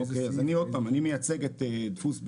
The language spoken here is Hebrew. אני מייצג את דפוס בארי.